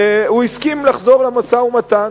הוא הסכים לחזור למשא-ומתן,